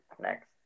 next